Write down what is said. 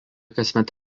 kasmet